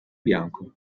bianco